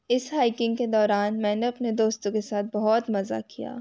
इस हाइकिंग के दौरान मैंने अपने दोस्तों के साथ बहुत मज़ा किया